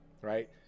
right